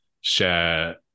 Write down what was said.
share